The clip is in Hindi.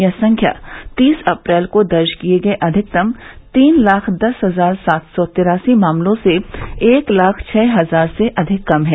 यह संख्या तीस अप्रैल को दर्ज किये गये अधिकतम तीन लाख दस हजार सात सौ तिरासी मामलों से एक लाख छः हजार से अधिक कम है